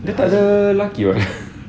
dia tak ada laki [what]